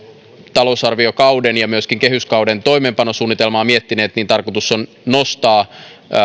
talousarviokauden ja myöskin kehyskauden toimeenpanosuunnitelmaa miettineet tarkoitus on nostaa